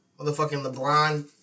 LeBron